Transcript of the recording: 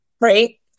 right